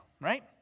right